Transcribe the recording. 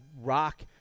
rock